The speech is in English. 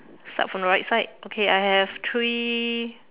start from the right side okay I have three